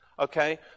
Okay